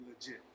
legit